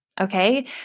Okay